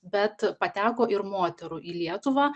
bet pateko ir moterų į lietuvą